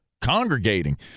congregating